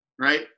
Right